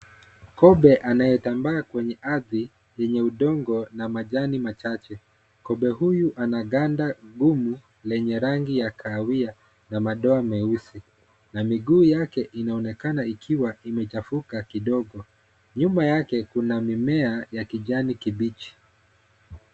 Kobe anayetambaa kwenye ardhi yenye udongo na majani machache. Kobe huyu ana gamba gumu lenye rangi ya kahawia na madoa meusi. Miguu yake inaonekana ikiwa imechafuka kidogo. Nyuma yake kuna mimea ya kijani kibichi.